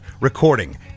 recording